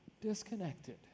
Disconnected